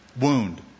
wound